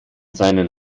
seinen